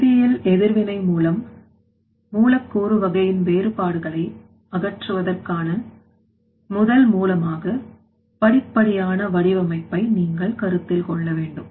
வேதியியல் எதிர்வினை மூலம் மூலக்கூறு வகையின் வேறுபாடுகளை அகற்றுவதற்கான முதல் மூலமாக படிப்படியான வடிவமைப்பை நீங்கள் கருத்தில் கொள்ள வேண்டும்